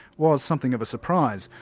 was something of a surprise.